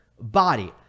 Body